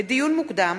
לדיון מוקדם: